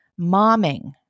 momming